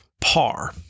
par